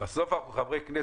בסוף אנחנו חברי כנסת.